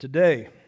Today